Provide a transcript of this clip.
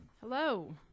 Hello